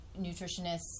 nutritionists